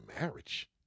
marriage